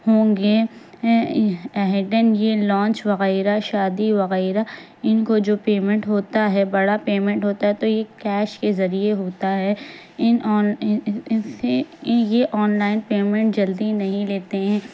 ہوں گے یہ لانچ وغیرہ شادی وغیرہ ان کو جو پیمنٹ ہوتا ہے بڑا پیمنٹ ہوتا ہے تو یہ کیش کے ذریعے ہوتا ہے ان آن اس کے یہ آن لائن پیمنٹ جلدی نہیں لیتے ہیں